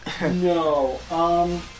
No